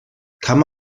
kann